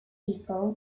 people